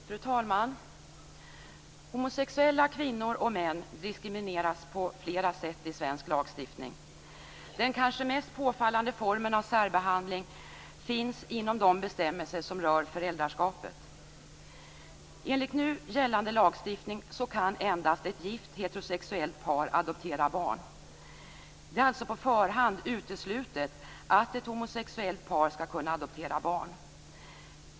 Fru talman! Homosexuella kvinnor och män diskrimineras på flera sätt i svensk lagstiftning. Den kanske mest påfallande formen av särbehandling finns inom de bestämmelser som rör föräldraskapet. Enligt nu gällande lagstiftning kan endast ett gift, heterosexuellt par adoptera barn. Det är alltså på förhand uteslutet att ett homosexuellt par skall kunna adoptera barn.